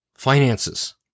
Finances